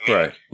right